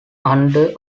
under